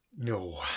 No